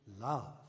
love